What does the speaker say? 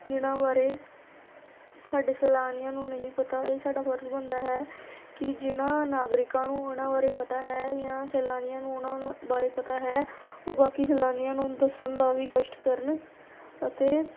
ਜਿਨ੍ਹਾਂ ਬਾਰੇ ਸਾਡੇ ਸੈਲਾਨੀਆਂ ਨੂੰ ਨਹੀਂ ਪਤਾ ਇਹ ਸਾਡਾ ਫਰਜ਼ ਬਣਦਾ ਹੈ ਕਿ ਜਿਨ੍ਹਾਂ ਨਾਗਰਿਕਾਂ ਨੂੰ ਇਹਨਾਂ ਬਾਰੇ ਪਤਾ ਹੈ ਜਾਂ ਸੈਲਾਨੀਆਂ ਨੂੰ ਉਹਨਾਂ ਉਹਨਾਂ ਬਾਰੇ ਪਤਾ ਹੈ ਉਹ ਬਾਕੀ ਸੈਲਾਨੀਆਂ ਨੂੰ ਦੱਸਣ ਦਾ ਵੀ ਕਸ਼ਟ ਕਰਨ ਅਤੇ